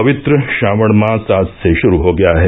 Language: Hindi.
पवित्र श्रावण मास आज से षुरू हो गया है